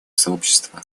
сообщества